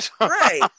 Right